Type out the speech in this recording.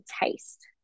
taste